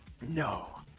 No